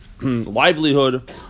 livelihood